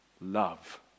Love